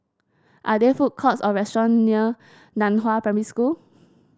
are there food courts or restaurants near Nan Hua Primary School